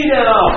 now